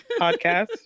podcast